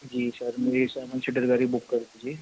جی sir جی sir seven seater گاڑی book کر دیجئے